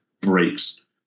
breaks